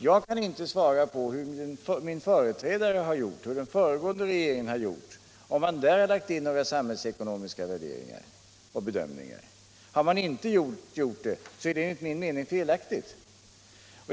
Jag kan inte svara på hur min företrädare och den föregående regeringen har gjort, om de lagt in några samhällsekonomiska värderingar och bedömningar. Har de inte gjort detta så är det enligt min uppfattning felaktigt.